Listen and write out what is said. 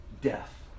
death